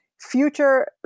future